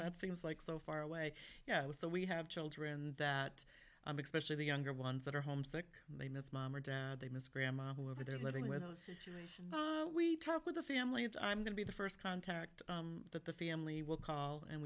that seems like so far away yeah it was so we have children that i'm expecting the younger ones that are homesick they miss mom or dad they miss grandma whoever they're living with the situation we talk with the family and i'm going to be the first contact that the family will call and